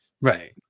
Right